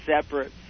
separate